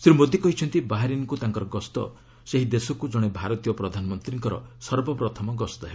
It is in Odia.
ଶ୍ରୀ ମୋଦୀ କହିଛନ୍ତି ବାହାରିନ୍କୁ ତାଙ୍କର ଗସ୍ତ ସେହି ଦେଶକୁ ଜଣେ ଭାରତୀୟ ପ୍ରଧାନମନ୍ତ୍ରୀଙ୍କର ସର୍ବପ୍ରଥମ ଗସ୍ତ ହେବ